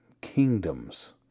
kingdoms